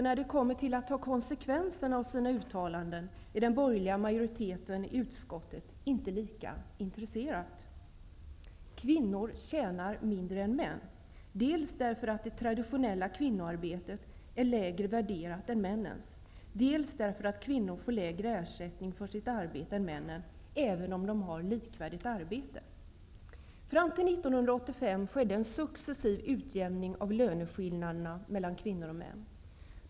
När det blir frågan om att ta konsekvenserna av sina uttalanden är den borgerliga majoriteten i utskottet inte lika intresserad. Kvinnor tjänar mindre än män, dels därför att det traditionella kvinnoarbetet är lägre värderat än männens, dels därför att kvinnor får lägre ersättning för sitt arbete än männen, även om de har likvärdigt arbete. Fram till 1985 skedde en successiv utjämning av löneskillnaderna mellan kvinnor och män.